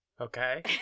Okay